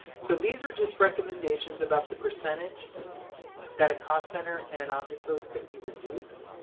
so these are just recommendations about the percentage that a cost center and an object code could be reduced,